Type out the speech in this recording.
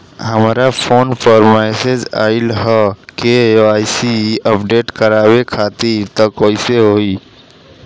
हमरा फोन पर मैसेज आइलह के.वाइ.सी अपडेट करवावे खातिर त कइसे होई?